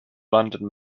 london